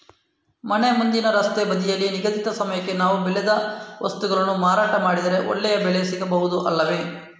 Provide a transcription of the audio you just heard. ಮನೆ ಮುಂದಿನ ರಸ್ತೆ ಬದಿಯಲ್ಲಿ ನಿಗದಿತ ಸಮಯಕ್ಕೆ ನಾವು ಬೆಳೆದ ವಸ್ತುಗಳನ್ನು ಮಾರಾಟ ಮಾಡಿದರೆ ಒಳ್ಳೆಯ ಬೆಲೆ ಸಿಗಬಹುದು ಅಲ್ಲವೇ?